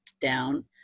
down